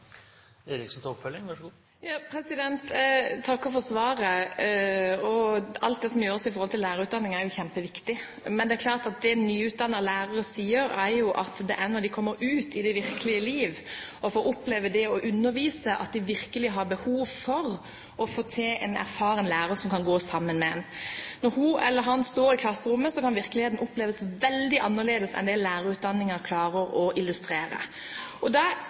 Jeg takker for svaret. Alt det som gjøres i forhold til lærerutdanningen, er kjempeviktig. Men det nyutdannede lærere sier, er at det er når de kommer ut i det virkelige liv og får oppleve det å undervise, at de virkelig har behov for å ha en erfaren lærer å gå sammen med. Når hun eller han står i klasserommet, kan virkeligheten oppleves veldig annerledes enn det lærerutdanningen klarer å illustrere. Det undrer meg at regjeringen, når det som veldig mange andre land lar bli en plikt og